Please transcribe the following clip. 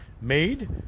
made